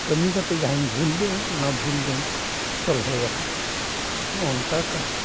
ᱠᱟᱹᱢᱤ ᱠᱟᱛᱮ ᱡᱟᱦᱟᱧ ᱵᱷᱩᱞ ᱞᱮᱜᱼᱟ ᱚᱱᱟ ᱵᱷᱩᱞ ᱫᱚ ᱥᱚᱞᱦᱮᱭᱟᱠᱟᱫᱟ ᱱᱩᱝᱠᱟ ᱠᱟᱛᱮᱫ